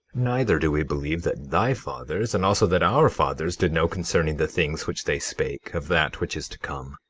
neither do we believe that thy fathers and also that our fathers did know concerning the things which they spake, of that which is to come.